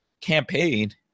campaign